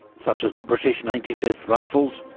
such as the british ninety fifth rifles,